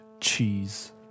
Cheese